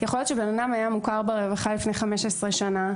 יכול להיות שבן-אדם היה מוכר ברווחה לפני 15 שנה,